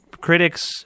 critics